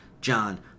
John